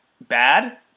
bad